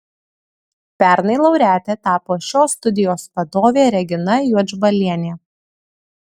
pernai laureate tapo šios studijos vadovė regina juodžbalienė